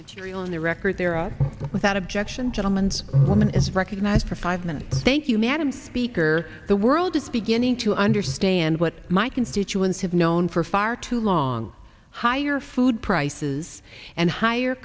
on the record there are without objection gentlemens woman is recognized for five minutes thank you madam speaker the world is beginning to understand what my constituents have known for far too long higher food prices and hi